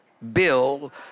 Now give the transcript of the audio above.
bill